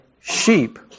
sheep